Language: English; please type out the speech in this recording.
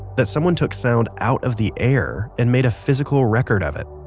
that someone took sound out of the air, and made a physical record of it,